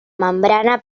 membrana